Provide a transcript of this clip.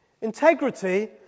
Integrity